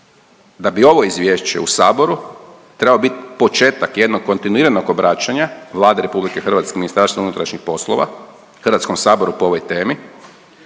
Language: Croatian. da bi ovo izvješće u saboru trebao biti početak jednog kontinuiranog obraćanja Vlade RH i MUP-a Hrvatskom saboru po ovoj temi